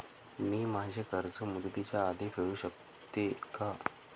मी माझे कर्ज मुदतीच्या आधी फेडू शकते का?